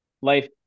life